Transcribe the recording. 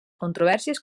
controvèrsies